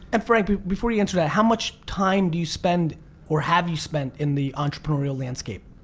and frank before you answer that, how much time do you spend or have you spent in the entrepreneurial landscape?